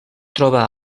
troba